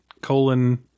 colon